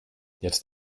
jetzt